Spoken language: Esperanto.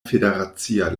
federacia